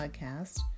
podcast